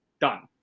Done